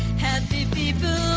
happy people